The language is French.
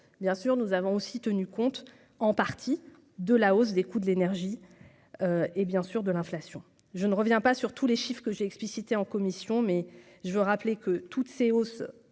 bien sûr, nous avons aussi tenu compte en partie de la hausse des coûts de l'énergie, et bien sûr de l'inflation, je ne reviens pas sur tous les chiffres que j'ai explicité en commission mais je veux rappeler que toutes ces hausses,